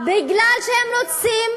אבא שלו, בגלל שהם רוצים,